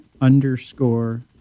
underscore